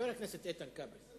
איתן כבל.